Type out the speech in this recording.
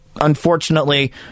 unfortunately